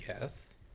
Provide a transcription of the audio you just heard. Yes